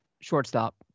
shortstop